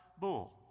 bull